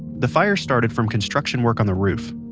the fire started from construction work on the roof.